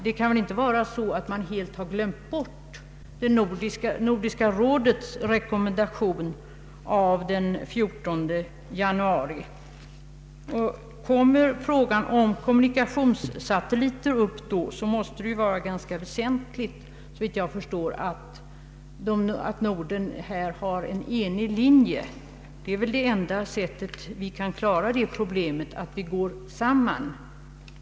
Det kan väl inte vara så att man helt glömt bort Nordiska rådets rekommendation i februari? Tas frågan om kommunikationssatelliter upp då, måste det — såvitt jag förstår — vara ganska väsentligt att Norden företräder en enig linje. Enda sättet att klara detta problem torde vara att vi går samman.